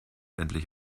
endlich